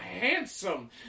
handsome